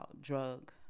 drug